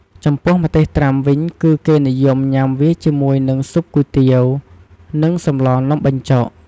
ចំពោះម្ទេសត្រាំវិញ គឺគេនិយមញ៉ាំវាជាមួយនិង ស៊ុបគុយទាវ និងសម្លរនំបញ្ចុក។